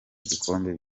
igikombe